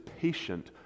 patient